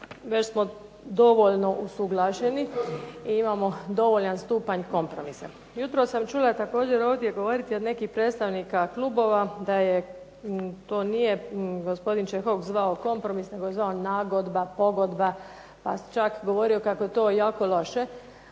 već smo dovoljno usuglašeni i imamo dovoljan stupanj kompromisa. Jutros sam čula također ovdje govoriti od nekih predstavnika klubova, to nije gospodin Čehok zvao kompromis, nego je to zvao nagodba, pogodba, pa čak je govorio da je to jako loše,